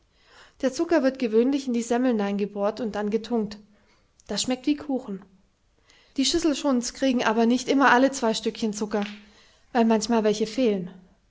der zucker wird gewöhnlich in die semmeln nein gebohrt und dann gedunkt das schmeckt wie kuchen die schisselschunds krigen aber nicht immer alle zwei stikchen zucker weil manchmal welche fehlen